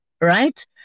right